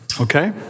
Okay